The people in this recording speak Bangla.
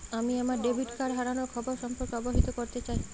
আমি আমার ডেবিট কার্ড হারানোর খবর সম্পর্কে অবহিত করতে চাই